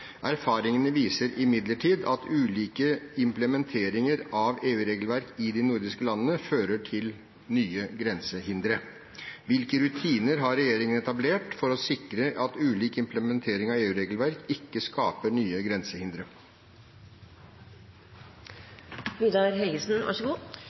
Erfaringene viser imidlertid at ulik implementering av EU-regelverk i de nordiske landene fører til nye grensehindre. Hvilke rutiner har regjeringen etablert for å sikre at ulik implementering av EU-regelverk ikke skaper nye grensehindre?»